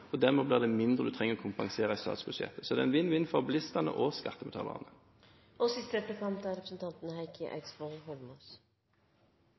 og dermed blir det mindre som må kompenseres i statsbudsjettet. Så det er en vinn-vinn-situasjon for bilistene og skattebetalerne. Jeg opplever, med all respekt, at det er